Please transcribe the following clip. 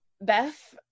Beth